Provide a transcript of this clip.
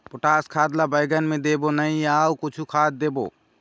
Potash खाद ला बैंगन मे देबो नई या अऊ कुछू खाद देबो?